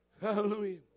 Hallelujah